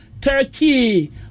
Turkey